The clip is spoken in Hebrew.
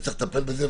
וצריך לטפל בזה,